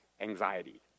anxiety